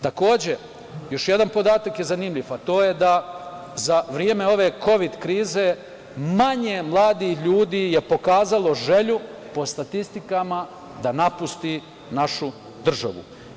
Takođe, još jedna podatak je zanimljiv, a to je, da je za vreme ove kovid krize manje mladih ljudi je pokazalo želju, po statistikama, da napusti našu državu.